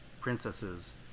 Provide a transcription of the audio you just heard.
princesses